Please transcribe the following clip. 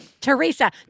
Teresa